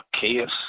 chaos